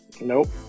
Nope